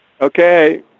Okay